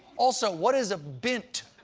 also, what is a bint?